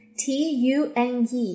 tune